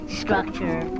structure